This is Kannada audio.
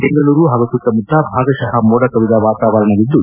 ಬೆಂಗಳೂರು ಹಾಗೂ ಸುತ್ತಮುತ್ತ ಭಾಗತಃ ಮೋಡ ಕವಿದ ವಾತಾವರಣವಿರಲಿದ್ದು